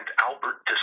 Albert